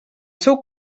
seu